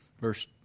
Verse